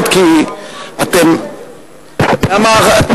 המועמדת להרכיב את הממשלה היא חברת הכנסת ציפי לבני.